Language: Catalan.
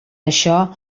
això